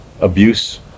abuse